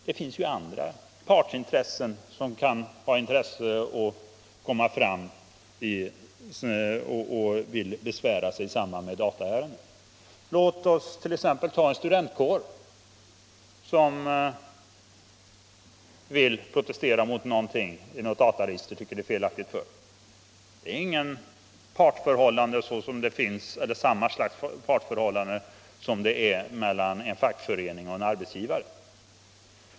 Det finns ju andra partsintressen som kan vilja besvära sig i dataärenden. Låt oss t.ex. ta en studentkår, som vill protestera därför att den tycker alt någonting i ett dataregister är felaktigt fört. I det fallet föreligger inte samma sorts partsförhållande som mellan en fackförening och en arbetsgivare.